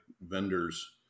vendors